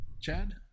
Chad